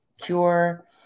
Cure